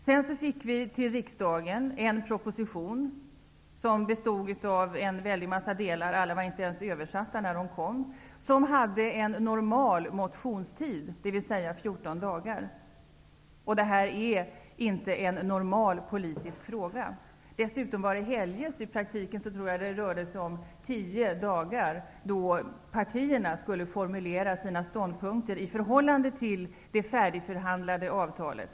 Sedan fick vi en proposition till riksdagen som bestod av en massa delar, alla var inte ens översatta när de kom. Den hade en normal motionstid, dvs. 14 dagar. Detta är inte en normal politisk fråga. Dessutom var det helger så i praktiken tror jag det rörde sig om 10 dagar då partierna skulle formulera sina ståndpunkter i förhållande till det färdigförhandlade avtalet.